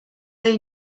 they